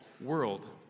world